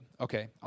Okay